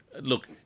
look